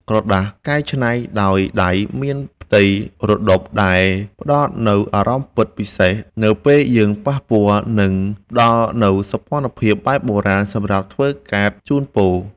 ក្រដាសកែច្នៃដោយដៃមានផ្ទៃរដុបដែលផ្ដល់នូវអារម្មណ៍ពិសេសនៅពេលយើងប៉ះពាល់ និង ផ្ដល់នូវសោភ័ណភាពបែបបុរាណសម្រាប់ធ្វើកាតជូនពរ។